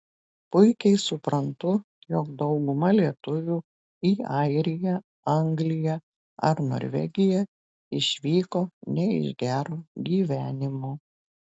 puikiai suprantu jog dauguma lietuvių į airiją angliją ar norvegiją išvyko ne iš gero gyvenimo